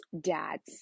dad's